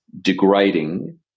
degrading